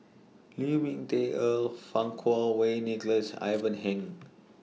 Lu Ming Teh Earl Fang Kuo Wei Nicholas Ivan Heng